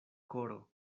koro